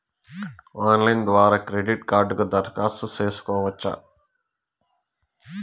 Online ద్వారా credit కార్డుకు దరఖాస్తు సేసుకోవచ్చా?